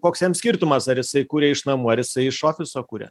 koks jam skirtumas ar jisai kuria iš namų ar jisai iš ofiso kuria